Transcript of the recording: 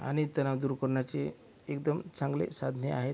आणि तणाव दूर करण्याची एकदम चांगले साधने आहेत